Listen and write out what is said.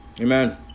Amen